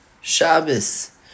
Shabbos